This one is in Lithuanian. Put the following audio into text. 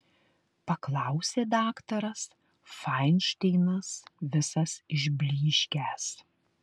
paklausė daktaras fainšteinas visas išblyškęs